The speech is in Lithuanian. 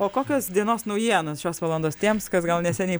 o kokios dienos naujienos šios valandos tiems kas gal neseniai